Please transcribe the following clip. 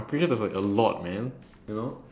okay that's like a lot man you know